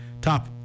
top